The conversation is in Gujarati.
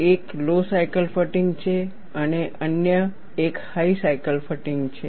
એક લો સાયકલ ફટીગ છે અન્ય એક હાઈ સાયકલ ફટીગ છે